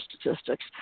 Statistics